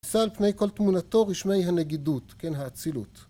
ניסה על פני כל תמונתו רשמי הנגידות, כן, האצילות